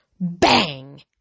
Bang